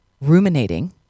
ruminating